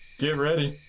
get ready.